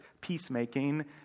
peacemaking